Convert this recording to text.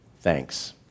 thanks